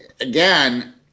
again